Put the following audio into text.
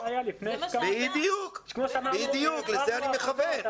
וזה מה שהיה לפני ש --- בדיוק, לזה אני מכוון.